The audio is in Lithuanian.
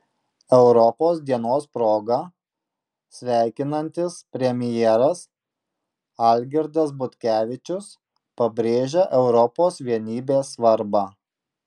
europos dienos proga sveikinantis premjeras algirdas butkevičius pabrėžia europos vienybės svarbą